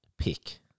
pick